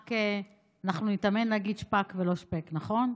רק אנחנו נתאמן להגיד שְפַּק ולא שְפֵּק, נכון?